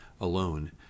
alone